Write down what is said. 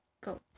goats